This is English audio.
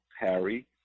Harry